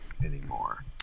anymore